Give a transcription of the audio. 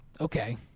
Okay